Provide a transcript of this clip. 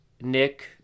Nick